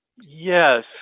Yes